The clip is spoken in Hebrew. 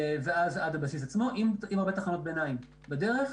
ואז עד הבסיס עצמו עם הרבה תחנות ביניים בדרך,